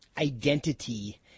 identity